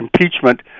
impeachment